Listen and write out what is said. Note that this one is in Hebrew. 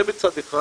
זה מצד אחד.